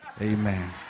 Amen